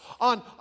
on